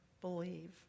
believe